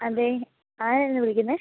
അതെ ആരായിരുന്നു വിളിക്കുന്നത്